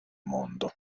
mondo